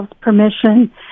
permission